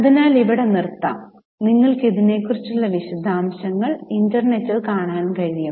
അതിനാൽ ഇവിടെ നിർത്താം നിങ്ങൾക്ക് ഇതിനെക്കുറിച്ചുള്ള വിശദാംശങ്ങൾ ഇൻറർനെറ്റിൽ കാണാൻ കഴിയും